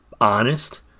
honest